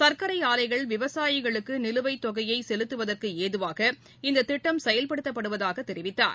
சா்க்கரை ஆலைகள் விவசாயிகளுக்கு நிலுவைத் தொகையை செலுத்துவதற்கு ஏதுவாக இந்த திட்டம் செயல்படுத்தப்படுவதாக தெரிவித்தார்